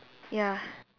ya